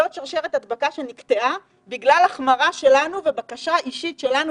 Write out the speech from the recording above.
זו שרשרת הדבקה שנקטעה בגלל החמרה שלנו ובקשה אישית שלנו,